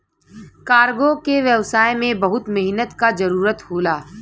cargo के व्यवसाय में बहुत मेहनत क जरुरत होला